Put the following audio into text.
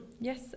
Yes